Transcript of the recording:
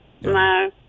no